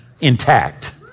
intact